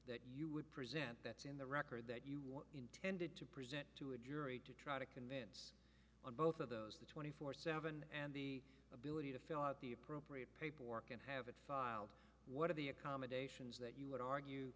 that you would present that's in the record that you intended to present to a jury to try to convince on both of those the twenty four seven and the ability to fill out the appropriate paperwork and have it filed what are the accommodations that you would argue